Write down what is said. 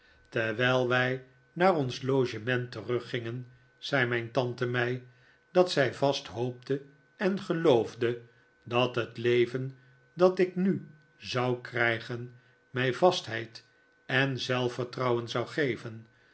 terwijl wij naar ons logement teruggingen zei mijn tante mij dat zij vast hoopte en geloofde dat het leven dat ik nu zou krijgen mij vastheid en zelfvertrouwen zou geven